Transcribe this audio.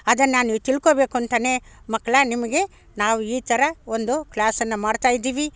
ಅದನ್ನು ನಾನು ತಿಳ್ಕೊಳ್ಬೇಕು ಅಂತೆಯೇ ಮಕ್ಳೇ ನಿಮಗೆ ನಾವು ಈ ಥರ ಒಂದು ಕ್ಲಾಸನ್ನು ಮಾಡ್ತಾಯಿದ್ದೀವಿ